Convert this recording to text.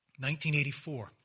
1984